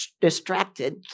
distracted